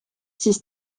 siis